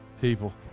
people